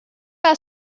our